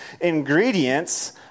ingredients